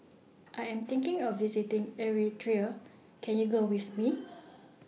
I Am thinking of visiting Eritrea Can YOU Go with Me